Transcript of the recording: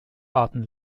warten